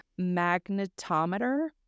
magnetometer